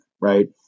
right